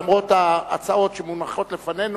למרות ההצעות שמונחות לפנינו,